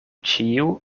ĉiu